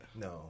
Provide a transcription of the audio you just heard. No